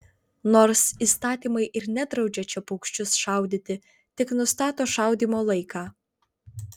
nors įstatymai ir nedraudžia čia paukščius šaudyti tik nustato šaudymo laiką